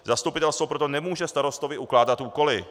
Zastupitelstvo proto nemůže starostovi ukládat úkoly.